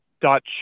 Dutch